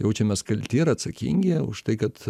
jaučiamės kalti ir atsakingi už tai kad